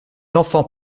enfants